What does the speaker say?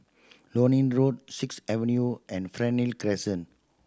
Lornie Road Sixth Avenue and Fernhill Crescent